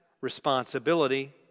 responsibility